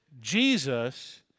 Jesus